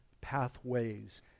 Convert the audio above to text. pathways